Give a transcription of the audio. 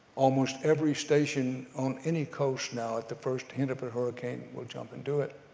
almost every station on any coast now at the first hint of a hurricane will jump into it.